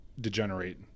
degenerate